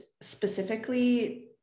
specifically